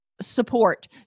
support